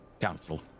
Council